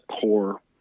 core